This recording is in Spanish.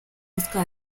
busca